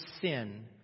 sin